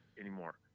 anymore